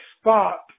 spot